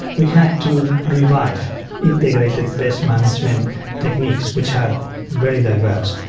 we have to revive integrated pest management techniques which are very diverse,